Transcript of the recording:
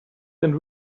and